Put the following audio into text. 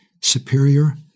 superior